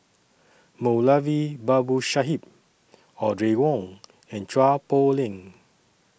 Moulavi Babu Sahib Audrey Wong and Chua Poh Leng